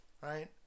right